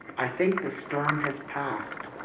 i think the storm has passed.